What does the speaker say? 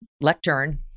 lectern